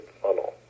funnel